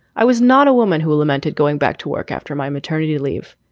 i was not a woman who lamented going back to work after my maternity leave.